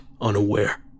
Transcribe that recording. unaware